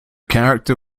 character